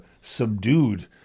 subdued